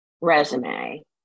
resume